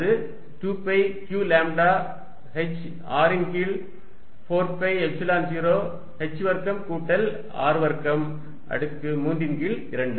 அது 2 pi q lambda h R ன் கீழ் 4 பை எப்சிலன் 0 h வர்க்கம் கூட்டல் R வர்க்கம் அடுக்கு 3 ன் கீழ் 2